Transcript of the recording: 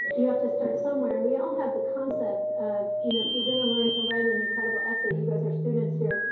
you have to start somewhere. and we all the concept of you know if you're gonna learn to write an incredible essay, you guys are students here,